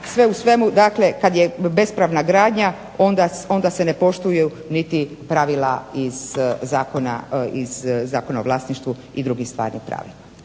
sve u svemu dakle kad je bespravna gradnja onda se ne poštuju niti pravila iz Zakona o vlasništvu i drugim stvarnim pravima.